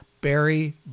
Barry